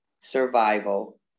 survival